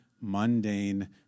mundane